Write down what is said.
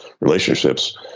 relationships